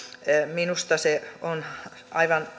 minusta vaikutus on aivan